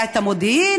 היה מודיעין,